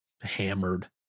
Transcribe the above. hammered